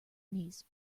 knees